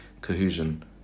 cohesion